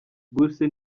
bourse